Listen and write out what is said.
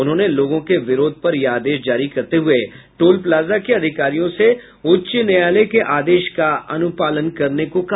उन्होंने लोगों के विरोध पर यह आदेश जारी करते हुए टोल प्लाजा के अधिकारियों से उच्च न्यायालय के आदेश का अनुपालन करने को कहा